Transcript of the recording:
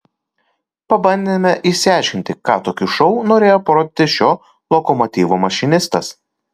pabandėme išsiaiškinti ką tokiu šou norėjo parodyti šio lokomotyvo mašinistas